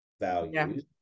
values